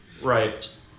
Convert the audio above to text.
Right